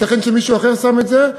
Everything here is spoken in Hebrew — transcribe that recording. ייתכן שמישהו אחר שם את זה,